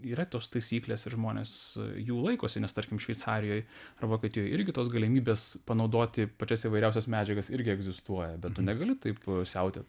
yra tos taisyklės ir žmonės jų laikosi nes tarkim šveicarijoj ar vokietijoj irgi tos galimybės panaudoti pačias įvairiausias medžiagas irgi egzistuoja bet tu negali taip siautėt